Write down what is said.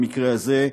במקרה הזה,